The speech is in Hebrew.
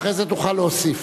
אחרי זה תוכל להוסיף.